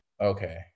Okay